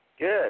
Good